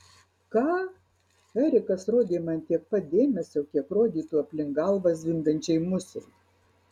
ką erikas rodė man tiek pat dėmesio kiek rodytų aplink galvą zvimbiančiai musei